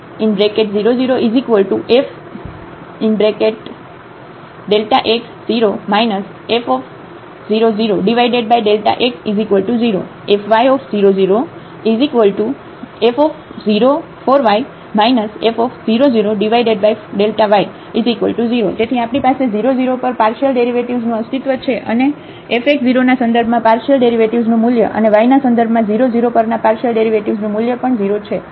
fx00fx0 f00x 0 fy00f0y f00y 0 તેથી આપણી પાસે 0 0 પર પાર્શિયલ ડેરિવેટિવ્ઝનું અસ્તિત્વ છે અને fx 0 ના સંદર્ભમાં પાર્શિયલ ડેરિવેટિવ્ઝનું મૂલ્ય અને y ના સંદર્ભમાં 0 0 પરના પાર્શિયલ ડેરિવેટિવ્ઝનું મૂલ્ય પણ 0 છે